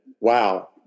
wow